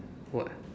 what